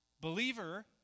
Believer